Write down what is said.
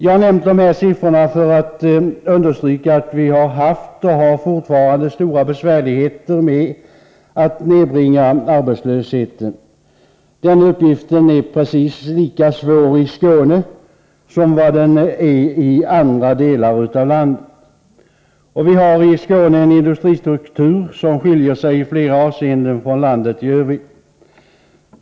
Jag har nämnt dessa siffror för att understryka att vi har haft och fortfarande har stora besvärligheter med att nedbringa arbetslösheten. Den uppgiften är precis lika svår i Skåne som i andra delar av landet. = Vi har i Skåne en industristruktur som skiljer sig i flera avseenden från den i landet i övrigt.